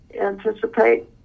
anticipate